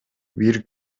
бир